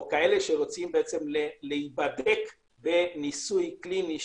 או כאלה שרוצים להיבדק בניסוי קליני,